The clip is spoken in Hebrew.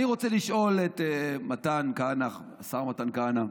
אני רוצה לשאול את השר מתן כהנא: